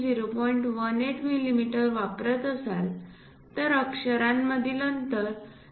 18 millimetre वापरत असाल तर अक्षरांमधील अंतर 0